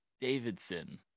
Davidson